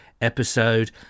episode